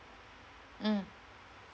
mm